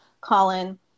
Colin